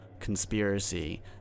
conspiracy